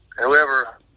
whoever